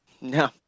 No